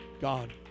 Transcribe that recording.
God